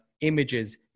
images